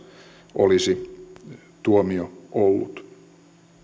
olisi tuomio ollut